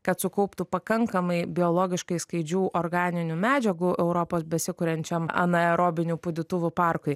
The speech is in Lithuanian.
kad sukauptų pakankamai biologiškai skaidžių organinių medžiagų europos besikuriančiam anaerobinių pūdytuvų parkui